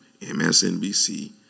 MSNBC